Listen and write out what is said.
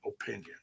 opinion